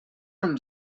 from